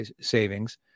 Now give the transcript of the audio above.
savings